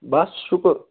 بَس شُکُر